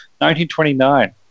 1929